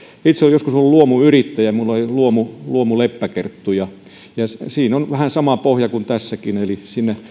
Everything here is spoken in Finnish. olen joskus ollut luomuyrittäjä minulla oli luomu luomu leppäkerttu ja siinä on vähän sama pohja kuin tässäkin eli siinä